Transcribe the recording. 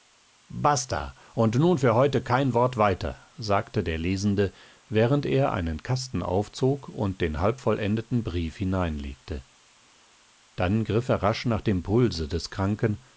basta und nun für heute kein wort weiter sagte der lesende während er einen kasten aufzog und den halbvollendeten brief hineinlegte dann griff er rasch nach dem pulse des kranken